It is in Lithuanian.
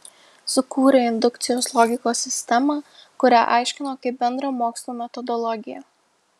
sukūrė indukcijos logikos sistemą kurią aiškino kaip bendrą mokslų metodologiją